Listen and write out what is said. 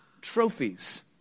trophies